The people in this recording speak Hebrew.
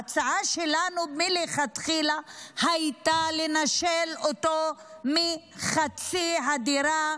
ההצעה שלנו מלכתחילה הייתה לנשל אותו מחצי הדירה,